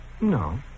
No